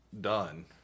done